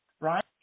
right